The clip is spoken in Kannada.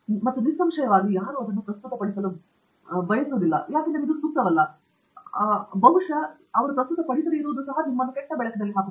ಮತ್ತು ನಿಸ್ಸಂಶಯವಾಗಿ ಯಾರೂ ಅದನ್ನು ಪ್ರಸ್ತುತಪಡಿಸಲು ಬಯಸುತ್ತಾರೆ ಏಕೆಂದರೆ ಕೆಲವೊಮ್ಮೆ ಇದು ಸೂಕ್ತವಲ್ಲ ಮತ್ತು ಬಹುಶಃ ಅದು ನಿಮ್ಮನ್ನು ಕೆಟ್ಟ ಬೆಳಕಿನಲ್ಲಿ ಹಾಕುತ್ತದೆ